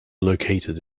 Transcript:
located